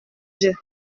yeux